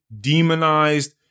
demonized